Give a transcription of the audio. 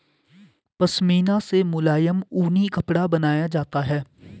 पशमीना से मुलायम ऊनी कपड़ा बनाया जाता है